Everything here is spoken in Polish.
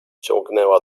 ciągnęła